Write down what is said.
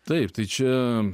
taip tai čia